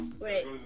Wait